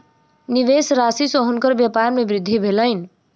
निवेश राशि सॅ हुनकर व्यपार मे वृद्धि भेलैन